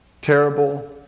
terrible